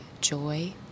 joy